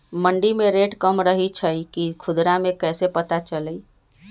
मंडी मे रेट कम रही छई कि खुदरा मे कैसे पता चली?